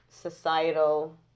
societal